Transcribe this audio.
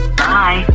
bye